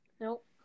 Nope